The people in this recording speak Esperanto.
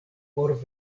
por